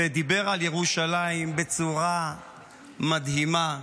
ודיבר על ירושלים בצורה מדהימה,